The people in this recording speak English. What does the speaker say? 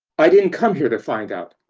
i didn't come here to find out,